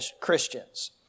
Christians